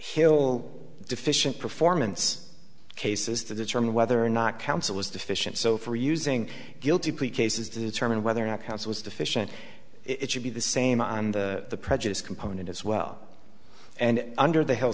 hill deficient performance cases to determine whether or not counsel is deficient so for using guilty plea cases determine whether or not counsel is deficient it should be the same on the prejudice component as well and under the he